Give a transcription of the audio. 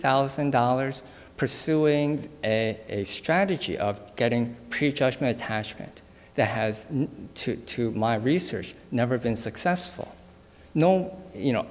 thousand dollars pursuing a strategy of getting prejudgment tashkent there has to to my research never been successful no you know